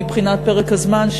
מבחינת פרק הזמן,